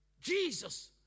Jesus